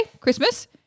Christmas